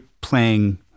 playing